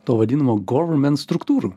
to vadinamo goverment struktūrų